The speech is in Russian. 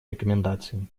рекомендации